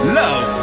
love